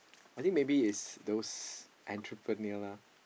I think maybe is those entrepreneur lah